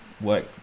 work